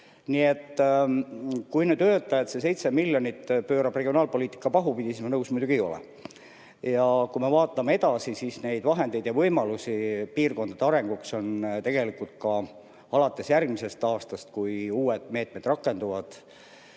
Nii et kui nüüd öelda, et see 7 miljonit pöörab regionaalpoliitika pahupidi, siis ma nõus muidugi ei ole. Kui me vaatame edasi, siis neid vahendeid ja võimalusi piirkondade arenguks on tegelikult ka alates järgmisest aastast, kui uued meetmed rakenduvad